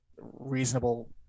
reasonable